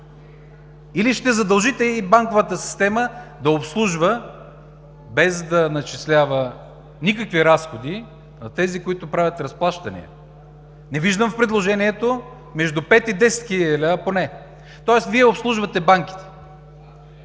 Или ще задължите и банковата система да обслужва без да начислява никакви разходи на тези, които правят разплащания? Не виждам поне в предложението между 5 и 10 хил. лв. Тоест Вие обслужвате банките